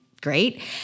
great